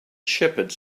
shepherds